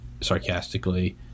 sarcastically